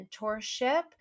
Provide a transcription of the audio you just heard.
mentorship